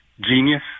genius